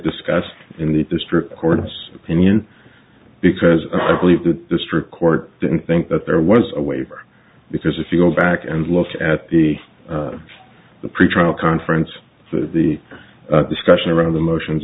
discussed in the district court's opinion because i believe the district court didn't think that there was a waiver because if you go back and look at the pretrial conference the discussion around the motions